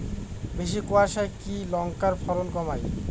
বেশি কোয়াশায় কি লঙ্কার ফলন কমায়?